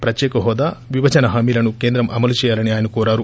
ప్రత్యేక హోదా విభజన హామీలను కేంద్రం అమలు చేయాలని అయన కోరారు